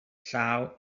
llaw